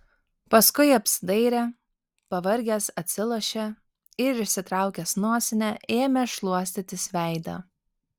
paskui apsidairė pavargęs atsilošė ir išsitraukęs nosinę ėmė šluostytis veidą